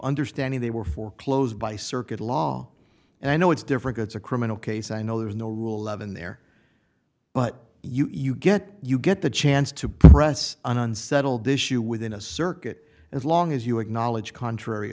understanding they were foreclosed by circuit law and i know it's different it's a criminal case i know there's no rule eleven there but you get you get the chance to press an unsettled issue within a circuit as long as you acknowledge contrary